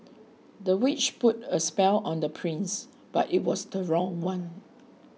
the witch put a spell on the prince but it was the wrong one